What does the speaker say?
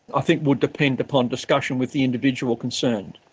i think would depend upon discussion with the individual concerned.